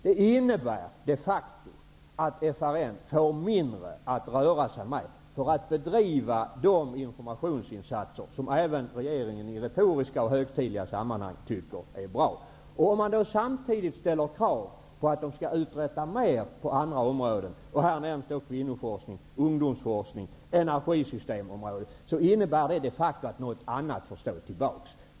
Det inenbär de facto att FRN får mindre att röra sig med för att bedriva de informationsinsatser som även regeringen i retoriska och högtidliga sammanhang tycker är bra. Om man då samtidigt ställer krav på att de skall uträtta mer på andra områden -- här nämns kvinnoforskning, ungdomsforskning och energisystemområdet -- innebär det att något annat får stå tillbaka.